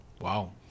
Wow